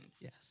Yes